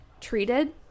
treated